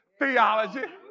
theology